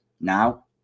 now